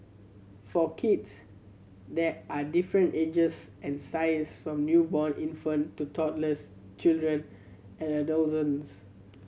for kids there are different ages and sizes from newborn infant to toddlers children adolescents